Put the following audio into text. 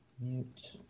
Mute